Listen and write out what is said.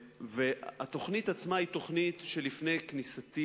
התוכנית עצמה היא תוכנית שלפני כניסתי